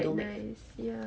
quite nice ya